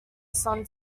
sun